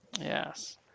Yes